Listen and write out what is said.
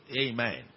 Amen